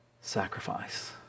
sacrifice